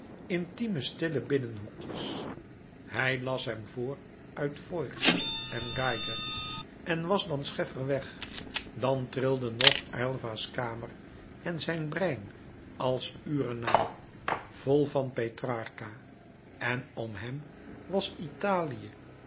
intieme stille binnenhoekjes hij las hem voor uit voigt en geiger en was dan scheffer weg dan trilden nog aylva's kamer en zijn brein als uren na vol van petrarca en m hem was italië